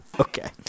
Okay